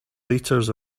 liters